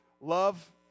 love